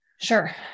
Sure